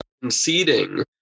conceding